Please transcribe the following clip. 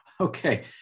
Okay